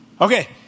Okay